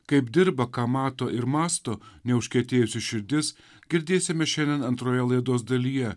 kaip dirba ką mato ir mąsto neužkietėjusi širdis girdėsime šiandien antroje laidos dalyje